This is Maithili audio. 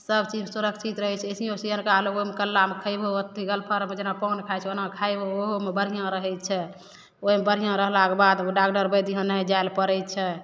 सबचीज मे सुरक्षित रहै छै अइसेही सियनका लोग ओइमे कल्ला मे खैबहो अथी गलफर मे जेना पान खाइ छै ओना खाइबहो ओहो मे बढियाँ रहै छै ओइमे बढियाँ रहला के बाद डागडर बैद यहाँ नही जाइ लऽ परै छै